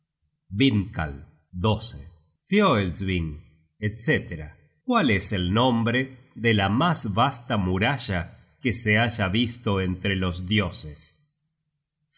vindkal fioelsving etc cuál es el nombre de la mas vasta muralla que se haya visto entre los dioses los